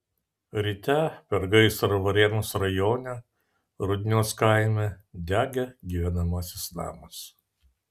ryte per gaisrą varėnos rajone rudnios kaime degė gyvenamasis namas